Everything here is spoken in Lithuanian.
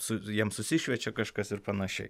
su jiem susišviečia kažkas ir panašiai